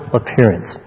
appearance